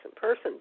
person